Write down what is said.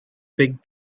big